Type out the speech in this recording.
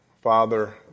Father